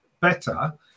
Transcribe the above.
better